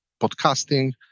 podcasting